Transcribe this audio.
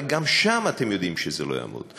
הרי גם שם אתם יודעים שזה לא יעמוד.